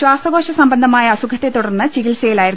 ശ്വാസകോശ സംബന്ധമായ അസുഖത്തെ തുടർന്ന് ചികിത്സയിലായിരുന്നു